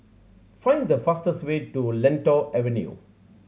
find the fastest way to Lentor Avenue